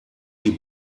die